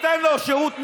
ניתן לו שירות משרדי,